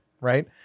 right